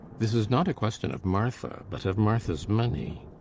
this is not a question of martha, but of martha's money.